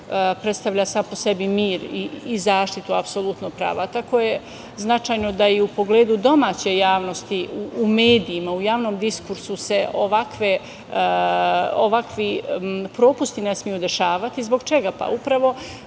predstavlja sam po sebi mir i zaštitu apsolutnog prava. Tako je značajno da i u pogledu domaće javnosti u medijima, u javnom diskursu se ovakvi propusti ne smeju dešavati. Zbog čega? Upravo